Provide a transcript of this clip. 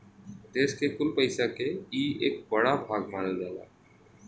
देस के कुल पइसा के ई एक बड़ा भाग मानल जाला